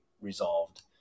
resolved